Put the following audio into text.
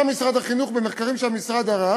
משרד החינוך מצא במחקרים שהוא ערך